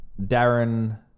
Darren